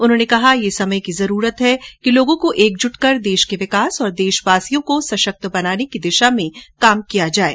उन्होंने कहा कि ये समय की जरूरत है कि लोगों को एकजुट कर देश के विकास और देशवासियों को सशक्त बनाने की दिशा में काम किया जाये